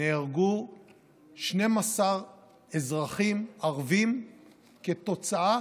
נהרגו 12 אזרחים ערבים כתוצאה